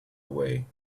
away